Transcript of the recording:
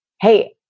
hey